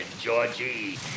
Georgie